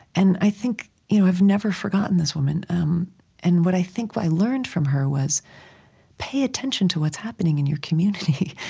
and i think you know i've never forgotten this woman um and what i think but i learned from her was pay attention to what's happening in your community.